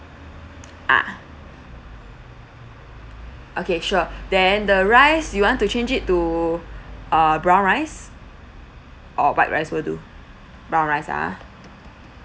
ah okay sure then the rice you want to change it to err brown rice or white rice will do brown rice ah